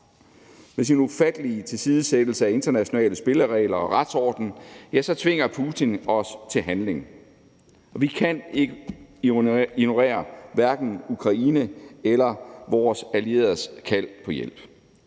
Med sin ufattelige tilsidesættelse af internationale spilleregler og retsorden tvinger Putin os til handling, og vi kan hverken ignorere Ukraines eller vores allieredes kald på hjælp.